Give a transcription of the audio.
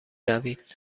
روید